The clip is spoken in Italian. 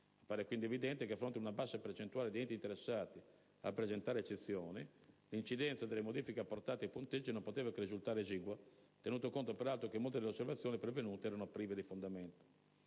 Appare quindi evidente che, a fronte di una bassa percentuale di enti interessati a presentare eccezioni, l'incidenza delle modifiche apportate ai punteggi non poteva che risultare esigua, tenuto conto peraltro che molte delle osservazioni pervenute erano prive di fondamento.